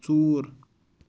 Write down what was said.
ژوٗر